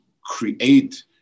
create